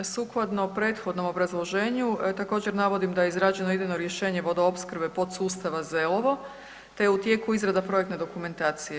Sukladno prethodnom obrazloženju, također, navodim da je izrađeno idejno rješenje vodoopskrbe podsustava Zelovo te je u tijeku izrada projektne dokumentacije.